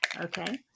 okay